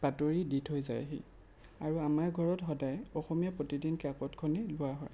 বাতৰি দি থৈ যায়হি আৰু আমাৰ ঘৰত সদায় অসমীয়া প্ৰতিদিন কাকতখনেই লোৱা হয়